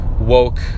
woke